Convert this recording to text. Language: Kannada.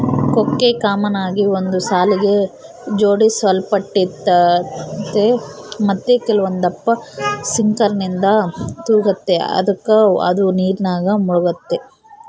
ಕೊಕ್ಕೆ ಕಾಮನ್ ಆಗಿ ಒಂದು ಸಾಲಿಗೆ ಜೋಡಿಸಲ್ಪಟ್ಟಿರ್ತತೆ ಮತ್ತೆ ಕೆಲವೊಂದಪ್ಪ ಸಿಂಕರ್ನಿಂದ ತೂಗ್ತತೆ ಅದುಕ ಅದು ನೀರಿನಾಗ ಮುಳುಗ್ತತೆ